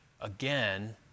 again